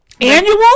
Annual